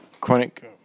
Chronic